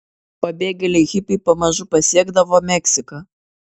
pabėgėliai hipiai pamažu pasiekdavo meksiką